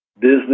business